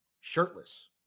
shirtless